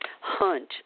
hunt